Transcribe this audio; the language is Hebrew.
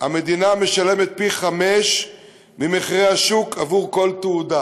המדינה משלמת פי-חמישה ממחירי השוק עבור כל תעודה,